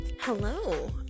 Hello